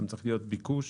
צריך גם להיות ביקוש